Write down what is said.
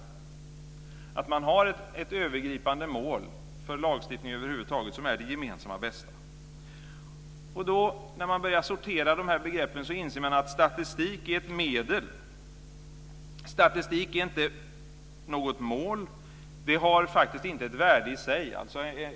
Man ska ha ett övergripande mål för lagstiftning över huvud taget som är det gemensamma bästa. När man börjar sortera begreppen inser man att statistik är ett medel. Statistik är inte något mål, och det har faktiskt inte något värde i sig.